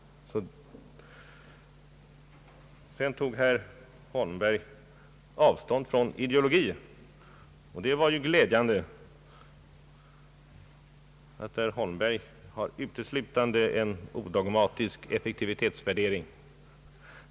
Herr Holmberg tog avstånd från ideologin. Det var ju glädjande att herr Holmberg uteslutande använder en odogmatisk effektivitetsvärdering.